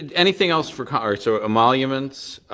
and anything else for congress? so emoluments,